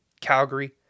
Calgary